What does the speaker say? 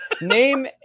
Name